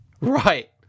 Right